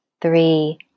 three